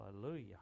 Hallelujah